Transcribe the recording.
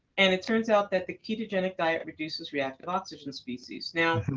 and it turns out that the ketogenic diet reduces reactive oxygen species. now,